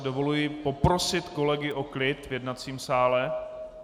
Dovoluji si poprosit kolegy o klid v jednacím sále.